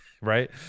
right